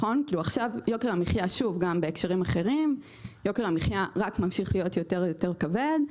כי יוקר המחייה רק ממשיך להיות יותר ויותר כבד.